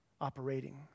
operating